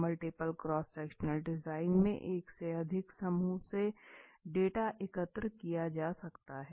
multiple cross sectional design में एक से अधिक समूह से डेटा एकत्र किया जा सकता है